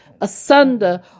asunder